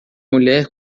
mulher